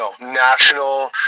national